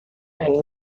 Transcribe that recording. and